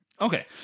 Okay